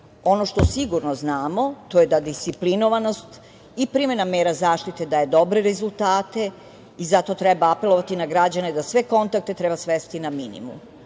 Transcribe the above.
ono što sigurno znamo, to je da disciplinovanost i primena mera zaštite daje dobre rezultate i zato treba apelovati na građane da sve kontakte treba svesti na minimum.